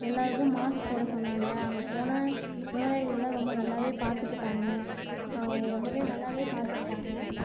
எல்லாருக்கும் மாஸ்க் போட சொன்னாங்கள் அங்கே போனால் நோயாளிகள்லாம் ரொம்ப நல்லாவே பார்த்துக்கிட்டாங்க ரொம்பவே நல்லாவே பார்த்துக்கிட்டாங்க